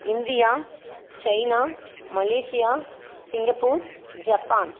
India China Malaysia Singapore Japan